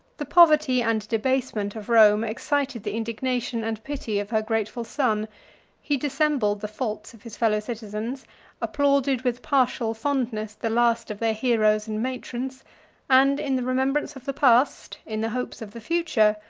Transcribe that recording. the poverty and debasement of rome excited the indignation and pity of her grateful son he dissembled the faults of his fellow-citizens applauded with partial fondness the last of their heroes and matrons and in the remembrance of the past, in the hopes of the future,